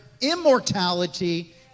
immortality